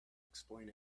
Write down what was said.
explain